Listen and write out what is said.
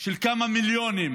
של כמה מיליונים